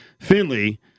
Finley